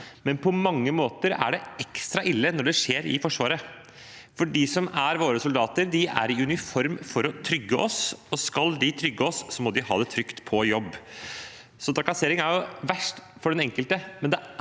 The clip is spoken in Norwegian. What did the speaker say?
men på mange måter er det ekstra ille når det skjer i Forsvaret, for våre soldater er i uniform for å trygge oss, og skal de trygge oss, må de ha det trygt på jobb. Trakassering er verst for den enkelte,